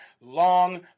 long